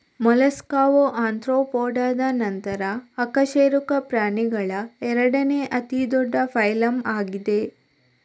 ಮೊಲಸ್ಕಾವು ಆರ್ತ್ರೋಪೋಡಾದ ನಂತರ ಅಕಶೇರುಕ ಪ್ರಾಣಿಗಳ ಎರಡನೇ ಅತಿ ದೊಡ್ಡ ಫೈಲಮ್ ಆಗಿದೆ